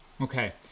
Okay